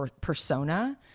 persona